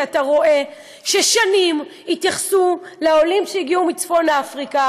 כי אתה רואה ששנים התייחסו לעולים שהגיעו מצפון-אפריקה